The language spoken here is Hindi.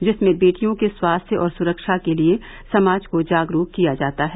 जिसमें बेटियों के स्वास्थ्य और सुरक्षा के लिए समाज को जागरूक किया जाता है